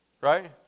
right